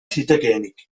zitekeenik